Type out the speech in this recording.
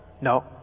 No